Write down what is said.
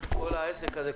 כל העסק הזה,